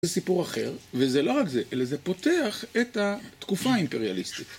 זה סיפור אחר, וזה לא רק זה, אלא זה פותח את התקופה האימפריאליסטית.